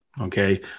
Okay